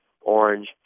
orange